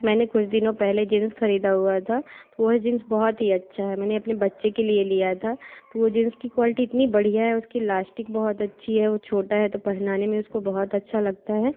मैंने कुछ दिनों पहले जींस ख़रीदा हुआ था वह जींस बहुत ही अच्छा है मैंने अपने बच्चे के लिए लिया था तो वह जींस की क्वालिटी इतनी बढ़िया है उसकी लास्टिक बहुत अच्छी है वह छोटा है तो पहनाने में उसको बहुत अच्छा लगता है